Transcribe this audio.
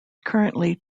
currently